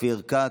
אופיר כץ,